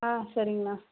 ஆ சரிங்கண்ணா